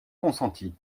consenti